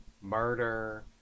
murder